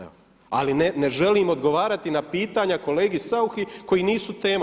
Evo ali ne želim odgovarati na pitanja kolegi Sauchi koji nisu tema.